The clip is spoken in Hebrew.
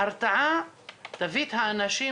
ההרתעה תביא את האנשים,